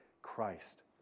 Christ